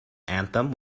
anthem